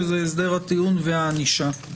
שהן הסדר הטיעון והענישה.